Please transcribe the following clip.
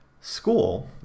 school